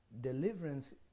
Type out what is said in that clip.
Deliverance